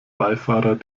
beifahrer